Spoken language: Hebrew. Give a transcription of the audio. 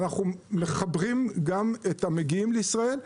ואנחנו מחברים גם את המגיעים לישראל,